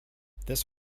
this